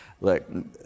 look